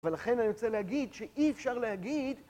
ולכן אני רוצה להגיד שאי אפשר להגיד